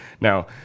Now